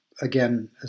again